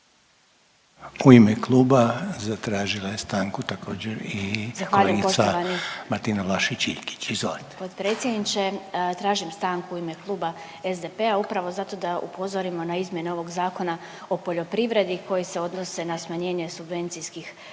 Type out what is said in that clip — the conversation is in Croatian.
U ime kluba zatražila je stanku također i kolegica Martina Vlašić Iljkić. Izvolite. **Vlašić Iljkić, Martina (SDP)** Zahvaljujem poštovani potpredsjedniče. Tražim stanku u ime Kluba SDP-a upravo zato da upozorimo na izmjene ovog Zakona o poljoprivredi koji se odnose na smanjenje subvencijskih